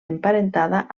emparentada